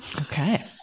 Okay